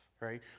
right